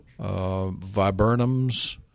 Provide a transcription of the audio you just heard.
viburnums